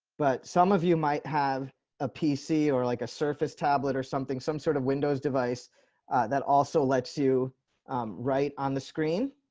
but some of you might have a pc or like a surface tablet or something, some sort of windows device that also lets you write on the screen.